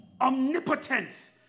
omnipotence